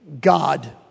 God